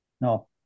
No